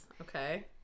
Okay